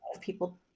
people